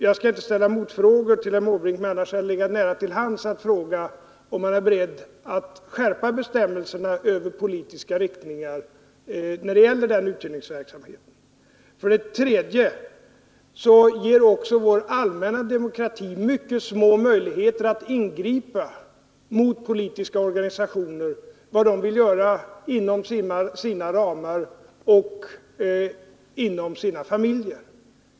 Jag skall inte ställa några motfrågor till herr Måbrink, men det skulle annars ha legat nära till hands att fråga om herr Måbrink är beredd att skärpa bestämmelserna för politiska meningsriktningar när det gäller denna uthyrningsverksamhet. För det tredje ger vår demokrati mycket små möjligheter att ingripa mot politiska organisationer och mot vad de gör inom sina ramar eller inom sina egna familjer.